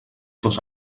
dos